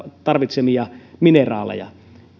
tarvitsemia mineraaleja